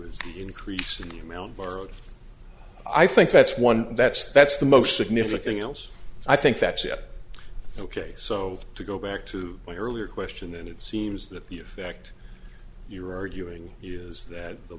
is increasing the amount borrowed i think that's one that's that's the most significant else i think that's yet ok so to go back to my earlier question and it seems that the effect you're arguing is that the